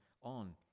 on